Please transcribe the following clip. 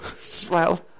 Smile